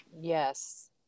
yes